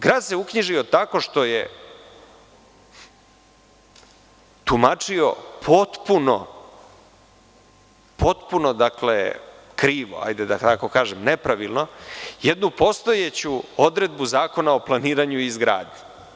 Grad se uknjižio tako što je tumačio potpuno krivo, da tako kažem, nepravilno, jednu postojeću odredbu Zakona o planiranju i izgradnji.